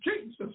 Jesus